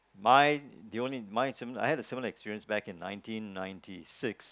mine the only I had a similar experience back in nineteen ninety six